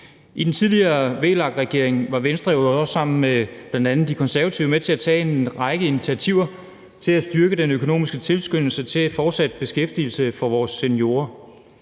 I den tidligere VLAK-regering var Venstre sammen med bl.a. De Konservative jo også med til at tage en række initiativer til at styrke den økonomiske tilskyndelse til fortsat beskæftigelse for vores seniorer.